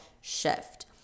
shift